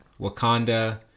Wakanda